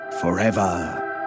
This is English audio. forever